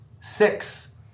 six